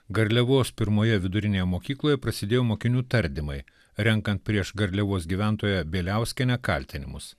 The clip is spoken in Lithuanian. garliavos pirmoje vidurinėje mokykloje prasidėjo mokinių tardymai renkant prieš garliavos gyventoją bieliauskienę kaltinimus